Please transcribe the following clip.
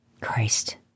Christ